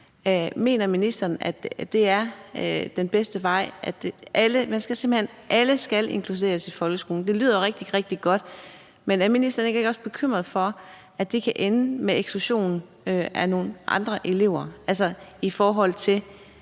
den bedste vej at følge, at alle simpelt hen skal inkluderes i folkeskolen? Det lyder rigtig, rigtig godt, men er ministeren ikke også bekymret for, at det kan ende med eksklusion af nogle andre elever,